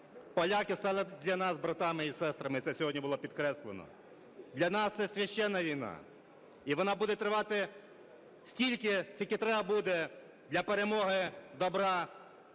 Поляки стали для нас братами і сестрами, це сьогодні було підкреслено. Для нас це священна війна, і вона буде тривати стільки, скільки треба буде для перемоги добра